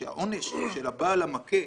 שהעונש של הבעל המכה